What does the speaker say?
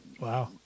Wow